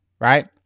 right